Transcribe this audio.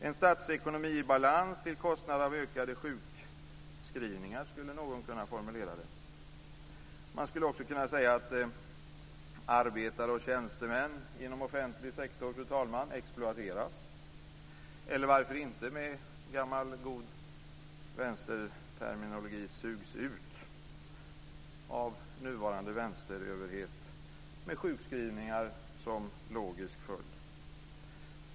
En statsekonomi i balans till kostnaden av ökade sjukskrivningar, skulle någon kunna formulera det. Man skulle också kunna säga att arbetare och tjänstemän inom offentlig sektor, fru talman, exploateras eller varför inte, med gammal god vänsterterminologi, sugs ut av nuvarande vänsteröverhet med sjukskrivningar som logisk följd.